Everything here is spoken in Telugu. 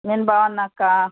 నేను బాగున్నా అక్క